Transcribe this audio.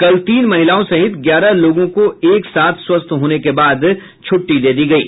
कल तीन महिलाओं सहित ग्यारह लोगों को एक साथ स्वस्थ होने के बाद छुट्टी दे दी गयी